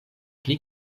pli